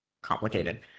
complicated